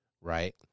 Right